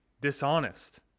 dishonest